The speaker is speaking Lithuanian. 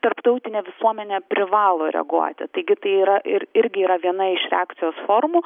tarptautinė visuomenė privalo reaguoti taigi tai yra ir irgi yra viena iš reakcijos formų